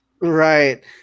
Right